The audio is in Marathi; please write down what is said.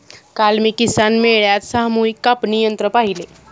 काल मी किसान मेळ्यात सामूहिक कापणी यंत्र पाहिले